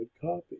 copy